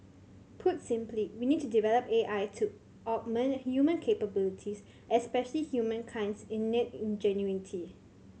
put simply we need to develop A I to augment human capabilities especially humankind's innate ingenuity